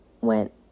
went